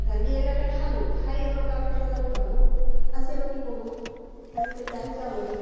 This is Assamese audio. ৰান্ধি এনেকৈ খালোঁ খাই আৰু তাৰ পিছত আৰু ভাবিলোঁ আজি আৰু কি কৰো আজিতো এতিয়া আঞ্জাও নাই